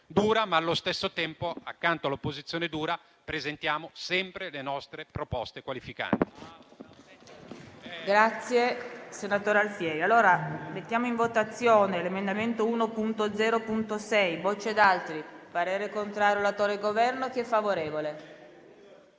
dura, ma, allo stesso tempo, accanto all'opposizione dura, presentiamo sempre le nostre proposte qualificanti.